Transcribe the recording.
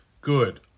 Good